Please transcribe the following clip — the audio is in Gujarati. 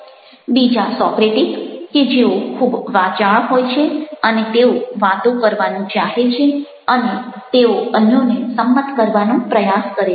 બીજા સોક્રેટિક કે જેઓ ખૂબ વાચાળ હોય છે અને તેઓ વાતો કરવાનું ચાહે છે અને તેઓ અન્યોને સંમત કરવાનો પ્રયાસ કરે છે